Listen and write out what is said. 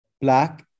Black